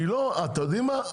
אתם יודעים מה?